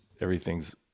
everything's